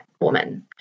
woman